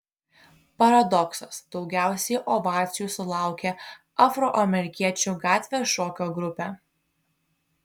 paradoksas daugiausiai ovacijų sulaukė afroamerikiečių gatvės šokio grupė